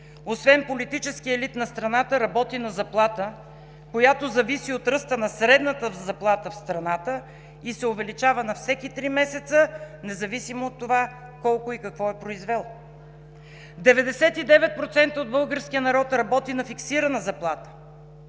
освен политическия елит на страната, работи на заплата, която зависи от ръста на средната заплата в страната и се увеличава на всеки три месеца, независимо от това колко и какво е произвел? 99% от българския народ работи на фиксирана заплата,